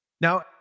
Now